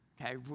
Okay